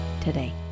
today